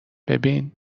ببین